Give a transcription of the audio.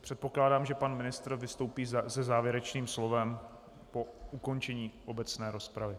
Předpokládám, že pan ministr vystoupí se závěrečným slovem po ukončení obecné rozpravy.